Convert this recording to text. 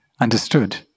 understood